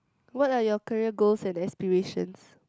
what are your career goals and aspirations